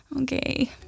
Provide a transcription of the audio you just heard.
Okay